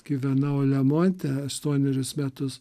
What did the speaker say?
gyvenau lemonte aštuonerius metus